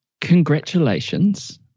congratulations